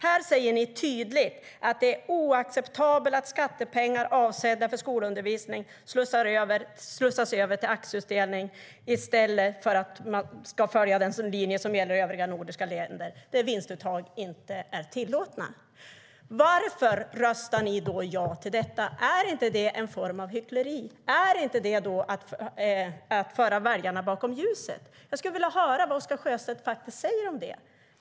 Ni säger tydligt att det är oacceptabelt att skattepengar avsedda för skolundervisning slussas över till aktieutdelning i stället för att man ska följa den linje som gäller i övriga Norden, där vinstuttag inte är tillåtna. Varför röstar ni då ja till detta? Är inte det en form av hyckleri? Är inte det att föra väljarna bakom ljuset? Jag skulle vilja höra vad du säger om det, Oscar Sjöstedt.